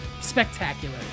spectacular